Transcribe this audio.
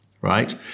right